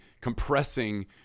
compressing